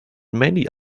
many